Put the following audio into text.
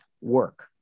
work